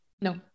No